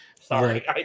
sorry